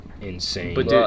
insane